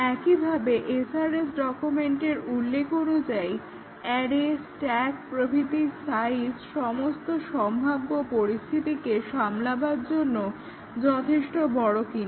একইভাবে SRS ডকুমেন্টের উল্লেখ অনুযায়ী অ্যারে স্ট্যাক প্রভৃতির সাইজ সমস্ত সম্ভাব্য পরিস্থিতিকে সামলাবার জন্য যথেষ্ট বড় কিনা